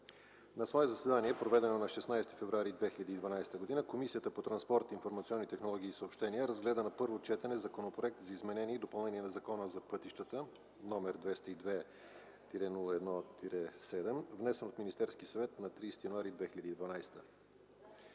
На свое заседание, проведено на 16 февруари 2012 г., Комисията по транспорт, информационни технологии и съобщения разгледа на първо четене Законопроект за изменение и допълнение на Закона за пътищата, № 202-01-7, внесен от Министерски съвет на 30 януари 2012